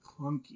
clunky